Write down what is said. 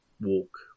walk